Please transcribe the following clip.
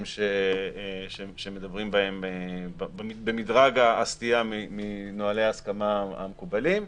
שמדברים בהם במדרג הסטייה מנוהלי ההסכמה המקובלים,